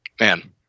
Man